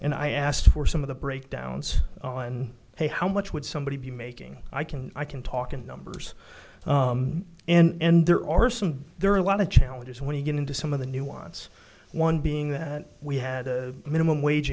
and i asked for some of the breakdowns and hey how much would somebody be making i can i can talk in numbers and there are some there are a lot of challenges when you get into some of the nuance one being that we had a minimum wage